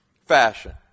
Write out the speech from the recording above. fashion